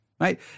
right